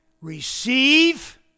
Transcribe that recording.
receive